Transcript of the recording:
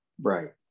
right